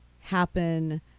happen